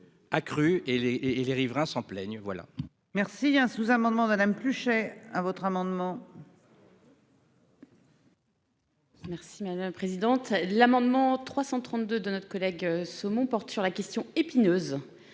accrues et les riverains s'en plaignent.